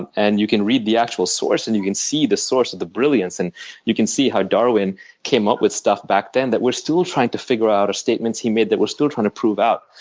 and and you can read the actual source and you can see the source and the brilliance, and you can see how darwin came up with stuff back then that we're still trying to figure out, or statements he made that we're still trying to prove out.